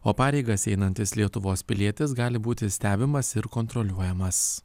o pareigas einantis lietuvos pilietis gali būti stebimas ir kontroliuojamas